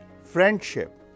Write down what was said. friendship